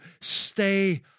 stay